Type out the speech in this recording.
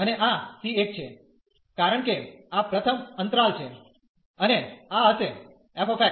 અને આ c 1 છે કારણ કે આ પ્રથમ અંતરાલ છે અને આ હશે f f